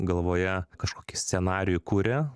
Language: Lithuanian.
galvoje kažkokį scenarijų kuria